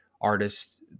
artists